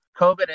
COVID